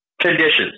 conditions